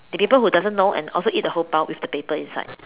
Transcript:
there are people who doesn't know and also eat the whole Pau with the paper inside